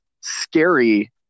scary